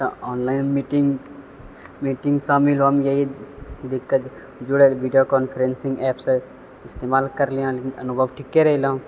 तऽ online meeting meeting शामिल यही दिक्कत जुड़ै वीडियो कॉन्फ्रेन्सिंग एप्पसँ इस्तेमाल करलियैहँ अनुभव ठीके रहलोँ